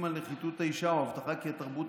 על "נחיתות האישה" או הבטחה כי התרבות,